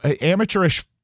amateurish